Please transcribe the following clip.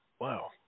Wow